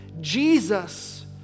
Jesus